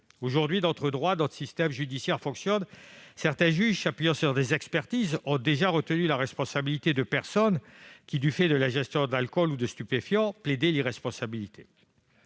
Aujourd'hui, notre système judiciaire fonctionne. Certains juges, s'appuyant sur des expertises, ont déjà retenu la responsabilité de personnes, qui, du fait de l'ingestion d'alcool ou de stupéfiants, plaidaient l'irresponsabilité.